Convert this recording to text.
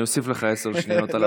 אני אוסיף לך עשר שניות על הברכה.